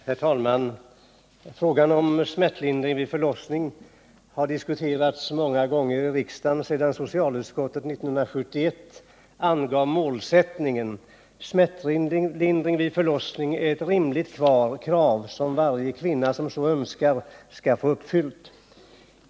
Herr talman! Frågan om smärtlindring vid förlossning har diskuterats många gånger i riksdagen sedan socialutskottet 1971 angav målsättningen: smärtlindring vid förlossning är ett rimligt krav som varje kvinna som så önskar skall få uppfyllt.